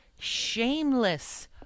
shameless